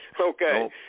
Okay